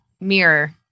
Mirror